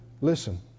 listen